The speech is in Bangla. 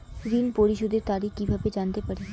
ঋণ পরিশোধের তারিখ কিভাবে জানতে পারি?